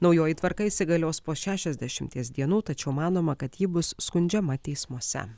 naujoji tvarka įsigalios po šešiasdešimties dienų tačiau manoma kad ji bus skundžiama teismuose